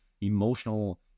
emotional